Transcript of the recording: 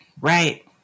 right